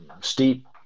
steep